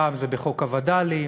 פעם זה בחוק הווד"לים,